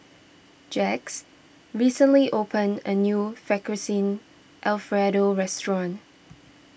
Jacques recently opened a new Fettuccine Alfredo restaurant